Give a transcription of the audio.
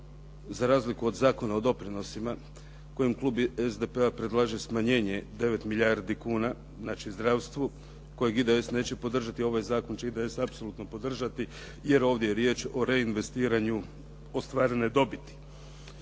za razliku od Zakona o doprinosima kojem klub SDP-a predlaže smanjenje 9 milijardi kuna, znači zdravstvu kojeg IDS neće podržati, ovaj zakon će IDS apsolutno podržati jer ovdje je riječ o reinvestiranju ostvarene dobiti.